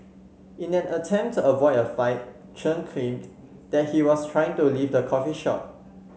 in an attempt to avoid a fight Chen claimed that he was trying to leave the coffee shop